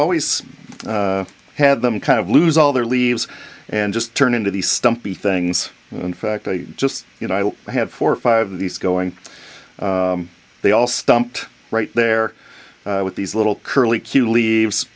always had them kind of lose all their leaves and just turn into these stumpy things and in fact i just you know i have four or five of these going they all stumped right there with these little curly q leaves